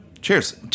Cheers